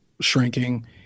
shrinking